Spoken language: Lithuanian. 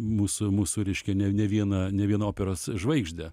mūsų mūsų reiškia ne ne vieną ne vieną operos žvaigždę